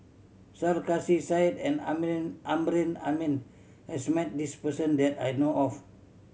Sarkasi Said and Amrin Amin has met this person that I know of